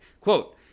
Quote